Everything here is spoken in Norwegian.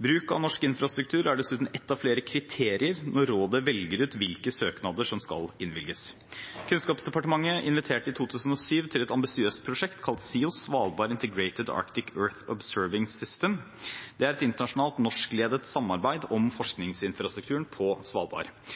Bruk av norsk infrastruktur er dessuten ett av flere kriterier når rådet velger ut hvilke søknader som skal innvilges. Kunnskapsdepartementet inviterte i 2007 til et ambisiøst prosjekt kalt SIOS –Svalbard Integrated Arctic Earth Observing System. Det er et internasjonalt, norskledet samarbeid om forskningsinfrastrukturen på Svalbard,